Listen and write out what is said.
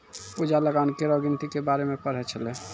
पूजा लगान केरो गिनती के बारे मे पढ़ै छलै